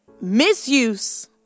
misuse